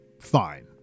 fine